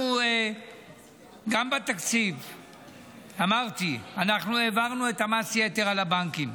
אמרתי שגם בתקציב אנחנו העברנו את מס היתר על הבנקים.